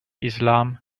islam